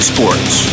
Sports